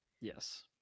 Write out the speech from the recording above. Yes